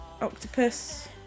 Octopus